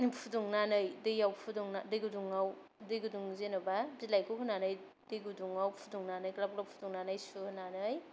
फुदुंनानै दैआव फुदुंनानै दै गुदुंआव दै गुदुं जेन'बा बिलायखौ होनानै दै गुदुं आव फुदुंनानै ग्लाब ग्लाब फुदुंनानै सुहोनानै